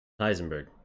Heisenberg